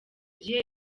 gihe